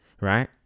right